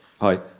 Hi